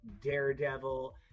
Daredevil